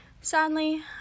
Sadly